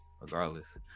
regardless